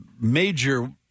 major